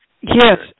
Yes